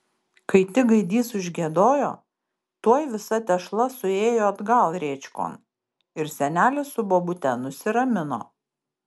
kai tik gaidys užgiedojo tuoj visa tešla suėjo atgal rėčkon ir senelis su bobute nusiramino